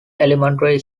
elementary